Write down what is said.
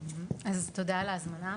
תודה על ההזמנה